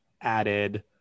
added